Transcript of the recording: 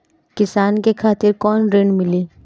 किसान के खातिर कौन ऋण मिली?